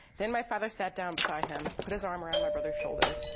then my father sat down beside him, put his arm around my brother's shoulder,